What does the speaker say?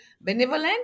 benevolent